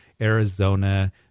Arizona